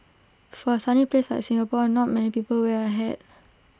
for A sunny place like Singapore not many people wear A hat